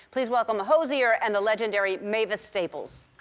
please welcome hozier and the legendary mavis staples.